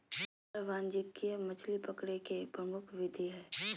जाल वाणिज्यिक मछली पकड़े के प्रमुख विधि हइ